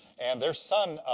and their son,